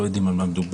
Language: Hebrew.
לא יודעים על מה מדובר,